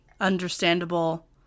understandable